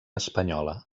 espanyola